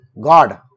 God